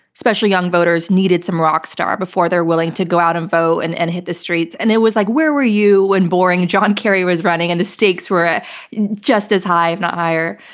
especially young voters needed some rock star before they're willing to go out and vote and and hit the streets, and it was like, where were you when boring john kerry was running and the stakes were ah just as high if not higher?